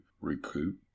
recoup